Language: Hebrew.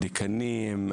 דיקנים,